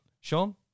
Sean